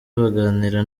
baganira